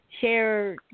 share